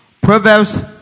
Proverbs